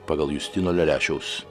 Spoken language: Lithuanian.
pagal justino lelešiaus